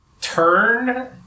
turn